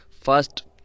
first